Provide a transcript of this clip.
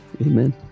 Amen